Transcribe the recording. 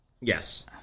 Yes